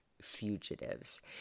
fugitives